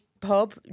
pub